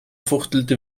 fuchtelte